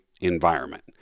environment